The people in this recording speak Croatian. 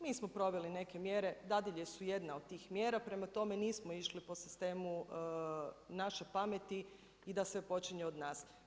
Mi smo proveli neke mjere, dadilje su jedna od tih mjera, prema tome, nismo išli po sistemu naše pameti i da sve počinje od nas.